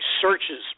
searches